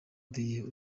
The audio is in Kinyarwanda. dieu